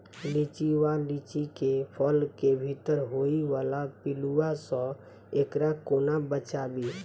लिच्ची वा लीची केँ फल केँ भीतर होइ वला पिलुआ सऽ एकरा कोना बचाबी?